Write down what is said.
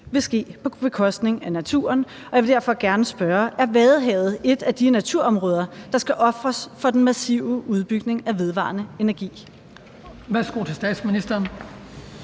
vil ske på bekostning af naturen, og jeg vil derfor gerne spørge: Er Vadehavet et af de naturområder, der skal ofres for den massive udbygning af vedvarende energi? Kl. 14:40 Den